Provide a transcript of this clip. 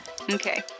Okay